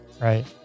Right